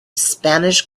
spanish